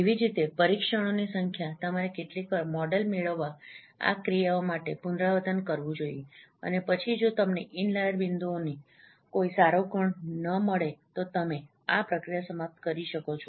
એવી જ રીતે પરીક્ષણોની સંખ્યા તમારે કેટલીવાર મોડલ મેળવવા આ ક્રિયાઓ માટે પુનરાવર્તન કરવું જોઈએ અને પછી જો તમને ઇનલાઈર બિંદુઓનો કોઈ સારો ગણ ન મળે તો તમે આ પ્રક્રિયા સમાપ્ત કરી શકો છો